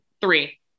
Three